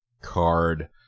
card